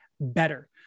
better